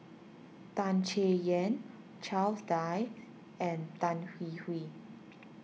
Tan Chay Yan Charles Dyce and Tan Hwee Hwee